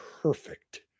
perfect